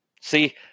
See